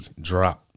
Drop